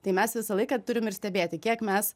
tai mes visą laiką turim ir stebėti kiek mes